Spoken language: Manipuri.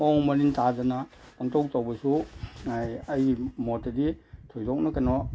ꯃꯑꯣꯡ ꯃꯔꯤꯟ ꯇꯥꯗꯅ ꯄꯪꯇꯧ ꯇꯧꯕꯁꯨ ꯑꯩꯒꯤ ꯃꯣꯠꯇꯗꯤ ꯊꯣꯏꯗꯣꯛꯅ ꯀꯩꯅꯣ